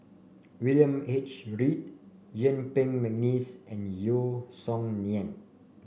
William H Read Yuen Peng McNeice and Yeo Song Nian